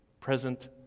present